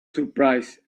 surprised